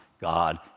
God